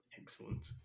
Excellent